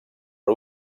per